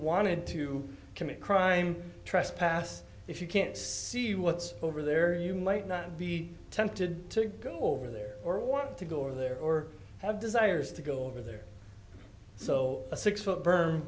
wanted to commit crime trespass if you can't see what's over there you might not be tempted to go over there or want to go over there or have desires to go over there so a six foot berm